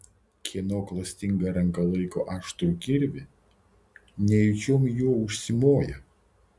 kieno klastinga ranka laiko aštrų kirvį nejučiom juo užsimoja